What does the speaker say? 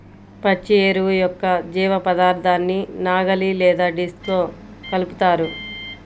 పచ్చి ఎరువు యొక్క జీవపదార్థాన్ని నాగలి లేదా డిస్క్తో కలుపుతారు